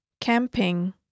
Camping